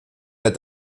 der